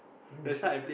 then you said